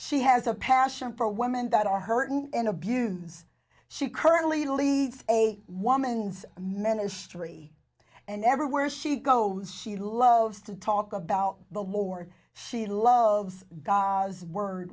she has a passion for women that are hurting and abuse she currently leads a one ministry and everywhere she goes she loves to talk about the war she loves guys word